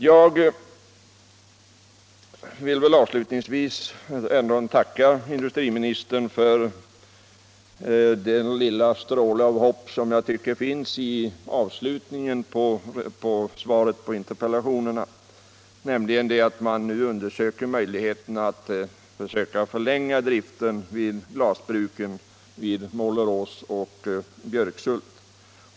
Jag vill avslutningsvis ändå tacka industriministern för den lilla stråle av hopp som finns i avslutningen av hans svar på interpellationerna, nämligen att man nu undersöker möjligheterna att förlänga driften vid glasbruken i Målerås och Björkshult.